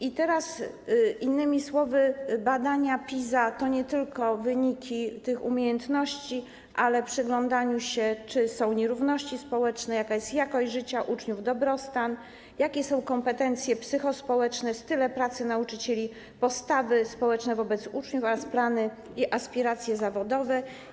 Innymi słowy, badania PISA to nie tylko wyniki dotyczące tych umiejętności, ale też przyglądanie się, czy są nierówności społeczne, jaka jest jakość życia uczniów, dobrostan, jakie są kompetencje psychospołeczne, style pracy nauczycieli, postawy społeczne wobec uczniów oraz plany i aspiracje zawodowe.